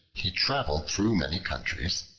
he travelled through many countries,